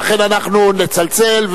לכן אנחנו נצלצל,